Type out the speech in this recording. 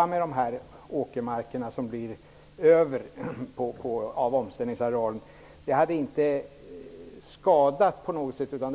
använda de åkermarker som blir över vid omställningen för ekologisk odling på något sätt hade skadat.